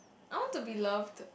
I want to be loved